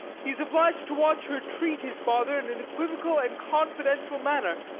he is obliged to watch her treat his father in an equivocal and confidential manner.